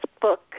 Book